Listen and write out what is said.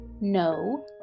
No